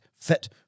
fit